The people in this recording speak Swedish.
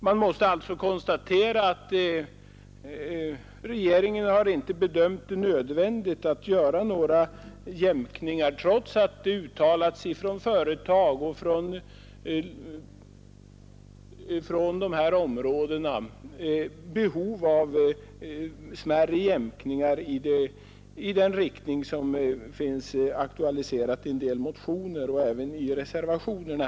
Man måste alltså konstatera att regeringen inte bedömt det nödvändigt att göra några jämkningar, trots att företag i dessa områden uttalat behov av smärre jämkningar i den riktning som finns aktualiserad i en del motioner och även i reservationerna.